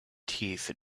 teeth